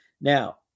Now